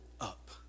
up